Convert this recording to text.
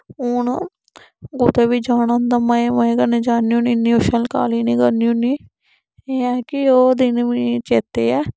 हुन कुते बी जाना होंदा मजे मजे कन्ने जानी होन्नी इन्नी उछल काली निं करनी होन्नी एह् ऐ की ओह् दिन मिगी चेत्ते ऐ